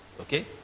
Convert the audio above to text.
Okay